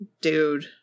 dude